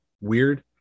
weird